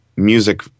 music